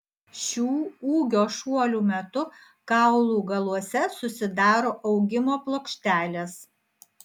šių ūgio šuolių metu kaulų galuose susidaro augimo plokštelės